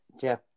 Jeff